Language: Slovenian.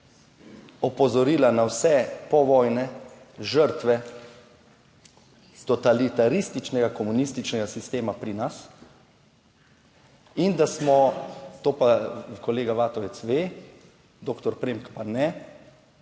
opozorila na vse povojne žrtve totalitarističnega komunističnega sistema pri nas in da smo, to pa kolega Vatovec ve, doktor Premk pa ne,